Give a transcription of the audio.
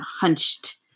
hunched